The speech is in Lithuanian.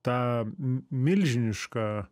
tą m milžinišką